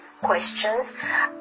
questions